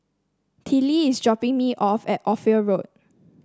Tillie is dropping me off at Ophir Road